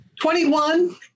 21